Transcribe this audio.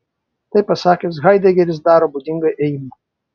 tai pasakęs haidegeris daro būdingą ėjimą